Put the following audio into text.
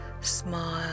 smile